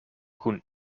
kun